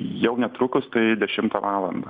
jau netrukus tai dešimtą valandą